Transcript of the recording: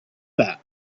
that